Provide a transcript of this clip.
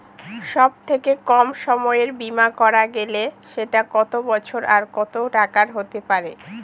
সব থেকে কম সময়ের বীমা করা গেলে সেটা কত বছর আর কত টাকার হতে পারে?